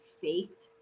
faked